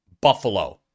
Buffalo